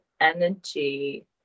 energy